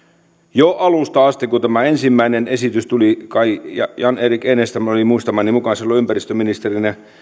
jo alusta asti kun tämä ensimmäinen esitys tuli jan erik enestam oli muistamani mukaan silloin ympäristöministerinä